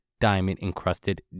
diamond-encrusted